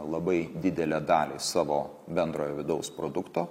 labai didelę dalį savo bendrojo vidaus produkto